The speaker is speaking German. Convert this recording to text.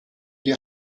die